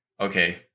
okay